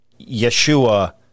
Yeshua